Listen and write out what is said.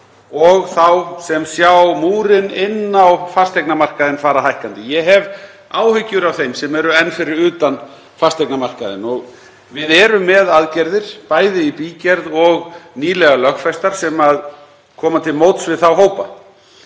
og þá sem sjá múrinn inn á fasteignamarkaðinn fara hækkandi. Ég hef áhyggjur af þeim sem eru enn fyrir utan fasteignamarkaðinn. Við erum bæði með aðgerðir í bígerð og nýlega lögfestar aðgerðir sem koma til móts við þá hópa.